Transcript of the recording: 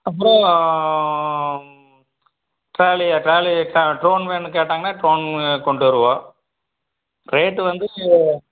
அப்புறம் ட்ராலி ஆ ட்ராலி ட ட்ரோன் வேன்னு கேட்டாங்கனால் ட்ரோன்னு கொண்டு வருவோம் ரேட்டு வந்து